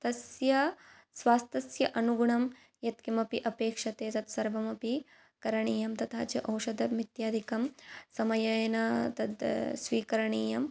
तस्य स्वास्थ्यस्य अनुगुणं यत्किमपि अपेक्षते तत्सर्वमपि करणीयं तथा च औषधमित्यादिकं समयेन तत् स्वीकरणीयं